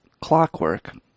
clockwork